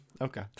okay